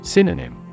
Synonym